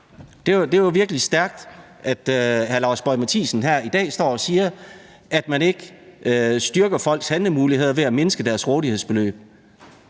Det er virkelig stærkt, at hr. Lars Boje Mathiesen her i dag står og siger, at man ikke styrker folks handlemuligheder ved at mindske deres rådighedsbeløb.